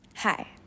Hi